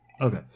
okay